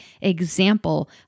example